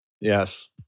Yes